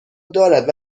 دارد